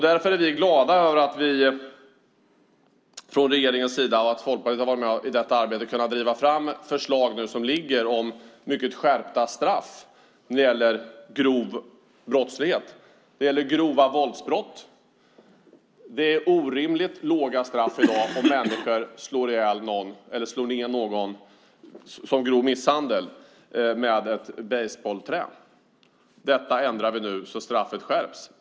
Därför är vi glada över att man från regeringens sida, och Folkpartiet har varit med i det arbetet, har kunnat driva fram ett förslag som nu föreligger om mycket skärpta straff när det gäller grov brottslighet, grova våldsbrott. Det är orimligt låga straff i dag för grov misshandel om man slår ned någon med ett basebollträ. Detta ändrar vi nu så att straffet skärps.